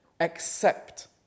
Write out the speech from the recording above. accept